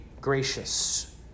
gracious